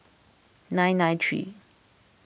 nine nine three